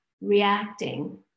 reacting